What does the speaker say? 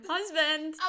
Husband